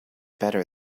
better